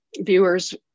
viewers